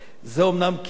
זה אומנם קידם,